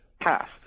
Half